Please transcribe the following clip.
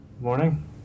morning